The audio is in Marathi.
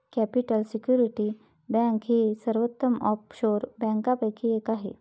कॅपिटल सिक्युरिटी बँक ही सर्वोत्तम ऑफशोर बँकांपैकी एक आहे